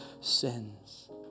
sins